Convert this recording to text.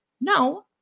no